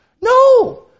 No